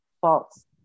false